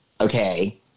Okay